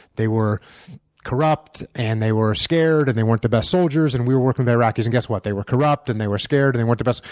they were corrupt, and they were scared, and they weren't the best soldiers and we were working with iraqis and guess what? they were corrupt, and they were scared, and they weren't the best,